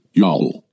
y'all